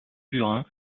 burin